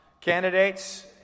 candidates